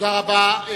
תודה רבה.